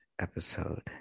episode